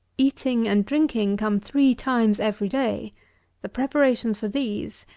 eating and drinking come three times every day the preparations for these,